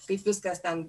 kaip viskas ten